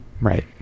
Right